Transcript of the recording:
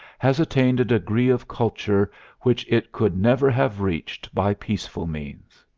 has attained a degree of culture which it could never have reached by peaceful means.